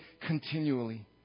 continually